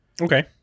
Okay